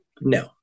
No